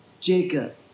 Jacob